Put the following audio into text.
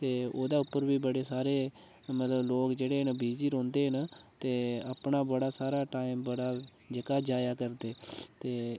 ते ओहदे उप्पर बी बड़े सारे मतलब लोक जेह्ड़े बिजी रौंह्दे न ते अपना बड़ा सारा टाइम बड़ा जेह्का जाया करदे ते